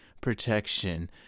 protection